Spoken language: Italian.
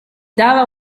dava